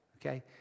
Okay